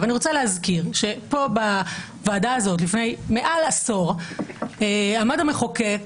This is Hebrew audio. ואני רוצה להזכיר שפה בוועדה הזאת לפני מעל עשור עמד המחוקק,